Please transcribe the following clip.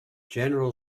general